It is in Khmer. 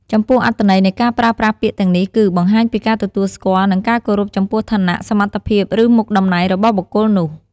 ចំពោះអត្ថន័យនៃការប្រើប្រាស់ពាក្យទាំងនេះគឺ បង្ហាញពីការទទួលស្គាល់ និងការគោរពចំពោះឋានៈ សមត្ថភាព ឬមុខតំណែងរបស់បុគ្គលនោះ។